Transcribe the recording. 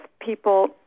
people